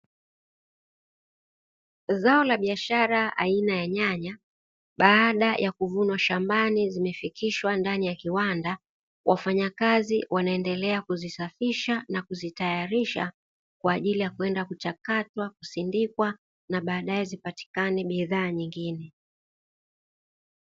Zao la biashara aina ya nyanya baada ya kuvunwa shambani zimefikishwa ndani ya kiwanda, wafanyakazi wanaendelea kuzisafisha na kuzitayarisha kwa ajili ya kwenda: kuchakatwa, kusindikwa, na baadaye zipatikane bidhaa nyingine.